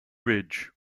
ridge